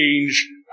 change